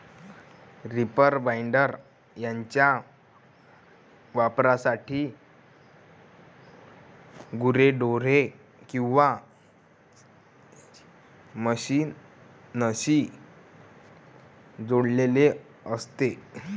reaper binder त्याच्या वापरासाठी गुरेढोरे किंवा मशीनशी जोडलेले असते